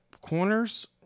corners